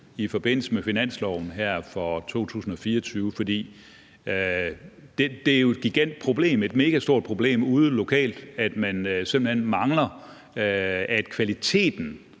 i forbindelse med finansloven for 2024? For det er jo et megastort problem ude lokalt, at man simpelt hen mangler kvalitet